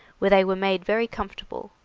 where they were made very comfortable.